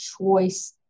choice